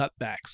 cutbacks